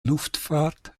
luftfahrt